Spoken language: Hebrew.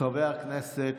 חבר הכנסת